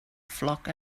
flock